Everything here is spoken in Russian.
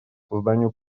созданию